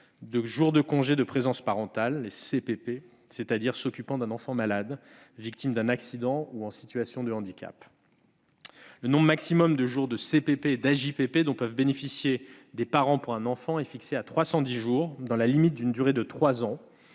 de jours de congé de présence parentale (CPP), c'est-à-dire à ceux qui s'occupent d'un enfant malade, victime d'un accident ou en situation de handicap. Le nombre maximum de jours de CPP et d'AJPP dont peuvent bénéficier des parents pour un enfant est fixé à 310 jours dans la limite d'une durée de trois